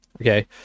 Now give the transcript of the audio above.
Okay